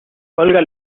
olga